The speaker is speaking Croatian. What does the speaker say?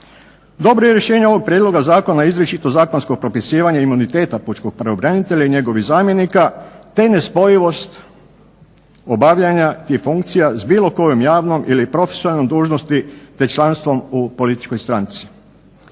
Dobro je i rješenje ovoga prijedloga zakona izričito zakonsko propisivanje imuniteta pučkog pravobranitelja i njegovih zamjenika te nespojivost obavljanja i funkcija s bilo kojom javno ili profesionalnom dužnosti te članstvom u političkoj stranci.